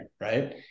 right